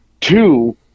two